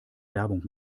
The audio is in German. werbung